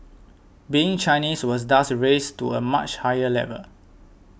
being Chinese was thus raised to a much higher level